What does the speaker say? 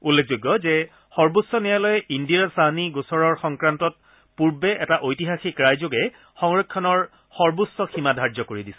উল্লেখযোগ্য যে সৰ্বোচ্চ ন্যায়ালয়ে ইন্দিৰা ছাহ্নি গোচৰৰ সংক্ৰান্তত পূৰ্বে এটা ঐতিহাসিক ৰায়যোগে সংৰক্ষণৰ সৰ্বোচ্চ সীমা ধাৰ্য কৰি দিছিল